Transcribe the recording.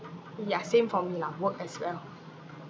ya same for me lah work as well